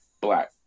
Black